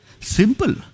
Simple